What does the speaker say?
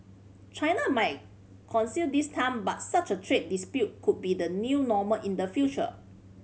China might concede this time but such a trade dispute could be the new normal in the future